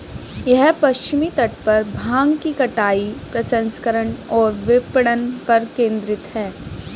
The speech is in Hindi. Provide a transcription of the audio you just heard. यह पश्चिमी तट पर भांग की कटाई, प्रसंस्करण और विपणन पर केंद्रित है